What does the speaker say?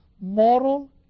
moral